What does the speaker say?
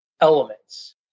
elements